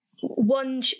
one